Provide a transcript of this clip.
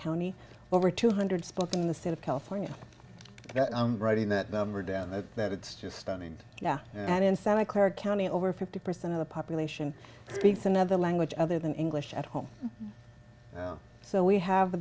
county over two hundred spots in the state of california and i'm writing that number down there that it's just stunning yeah and in santa clara county over fifty percent of the population speaks another language other than english at home so we have